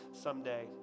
someday